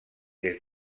des